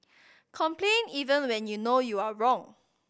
complain even when you know you are wrong